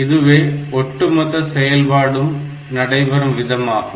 இதுவே ஒட்டுமொத்த செயல்பாடும் நடைபெறும் விதமாகும்